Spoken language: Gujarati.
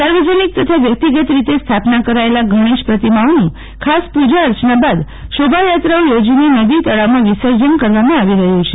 સાર્વજનિક તથા વ્યકિતગત રીતે રથાપના કરાયેલા ગણેશ પતિમાઓનું ખાસ પૃજા અર્ચના બાદ શોભાયાત્રાઓ યોજીને નદી તળાવમાં વિસર્જન કરવામાં આવી રહયું છે